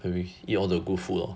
you eat all the good food hor